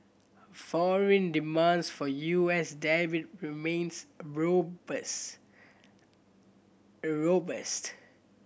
foreign demands for U S debt remains robust